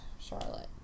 Charlotte